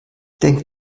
denk